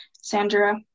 Sandra